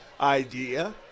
idea